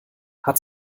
hat